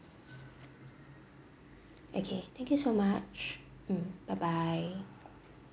okay thank you so much mm bye bye